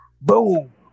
boom